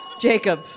Jacob